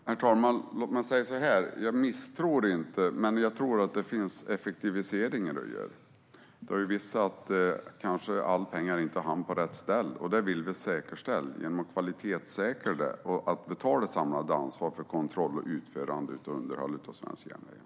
Herr talman! Låt mig säga så här: Jag misstror inte, men jag tror att det finns effektiviseringar att göra. Det har visat sig att kanske inte alla pengar hamnar på rätt ställe. Det vill vi säkerställa att de gör genom att kvalitetssäkra och ta ett samlat ansvar för kontroll och utförande av underhållet av svenska järnvägar.